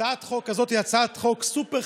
הצעת החוק הזאת היא הצעת חוק סופר-חברתית,